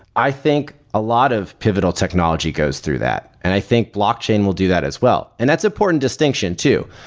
i think a lot of pivotal technology goes through that, and i think blockchain will do that as well, and that's important distinction too.